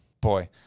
Boy